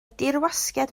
dirwasgiad